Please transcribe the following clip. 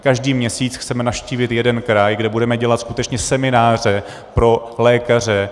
Každý měsíc chceme navštívit jeden kraj, kde budeme dělat skutečně semináře pro lékaře.